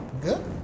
Good